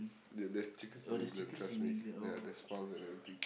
there there's chicken from England trust me yeah best farm and everything